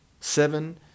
seven